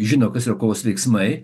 žino kas yra kovos veiksmai